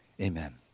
Amen